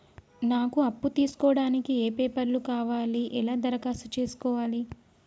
నాకు అప్పు తీసుకోవడానికి ఏ పేపర్లు కావాలి ఎలా దరఖాస్తు చేసుకోవాలి?